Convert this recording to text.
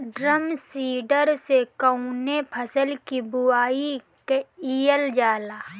Drum seeder से कवने फसल कि बुआई कयील जाला?